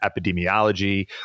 epidemiology